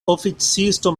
oficisto